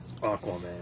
Aquaman